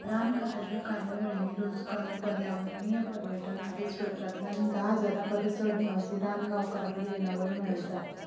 रान खातेच्या कार्यावळींनी रोजगार पर्यावरणीय पर्यटन आदी स्ट्रोटांतल्यान धा हजारां परस चड निवासी रान गांवकार आपली येणावळ मेळयतात